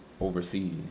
overseas